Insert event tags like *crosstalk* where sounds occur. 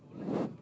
*breath*